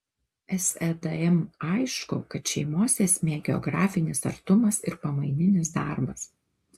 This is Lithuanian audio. sadm aišku kad šeimos esmė geografinis artumas ir pamaininis darbas